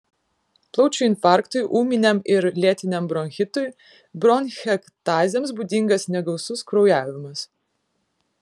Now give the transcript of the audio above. plaučių infarktui ūminiam ir lėtiniam bronchitui bronchektazėms būdingas negausus kraujavimas